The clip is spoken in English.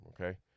Okay